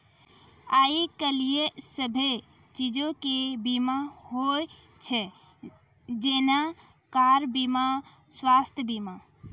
आइ काल्हि सभ्भे चीजो के बीमा होय छै जेना कार बीमा, स्वास्थ्य बीमा